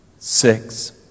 Six